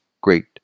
great